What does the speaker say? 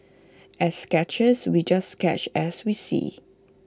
as sketchers we just sketch as we see